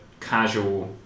casual